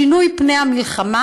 שינוי פני המלחמה,